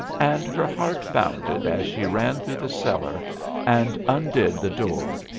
and her heart bounded as she ran through the cellar and undid the door.